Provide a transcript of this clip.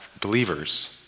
believers